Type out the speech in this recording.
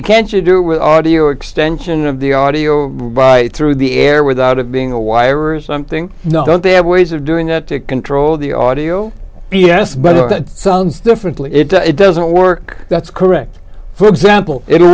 you can't you do it with audio extension of the audio right through the air without it being a wire or something don't they have ways of doing that to control the audio yes but that sounds differently if it doesn't work that's correct for example it